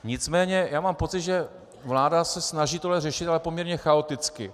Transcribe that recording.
Nicméně já mám pocit, že vláda se snaží tohle řešit, ale poměrně chaoticky.